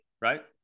right